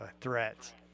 threats